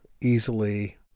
easily